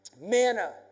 Manna